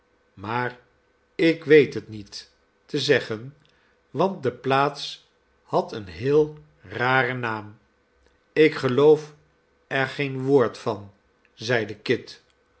maar ik weet het niet te zeggen want de plaats had een heel raren naam ik geloof er geen woord van zeide kit